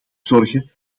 zorgen